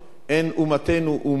אין אומתנו אומה